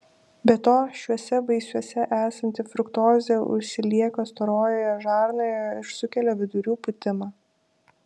be to šiuose vaisiuose esanti fruktozė užsilieka storojoje žarnoje ir sukelia vidurių pūtimą